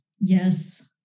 Yes